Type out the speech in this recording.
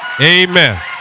Amen